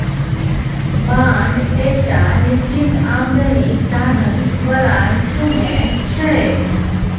bond एकटा निश्चित आमदनीक साधंश बला इंस्ट्रूमेंट छै